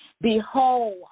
Behold